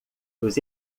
dos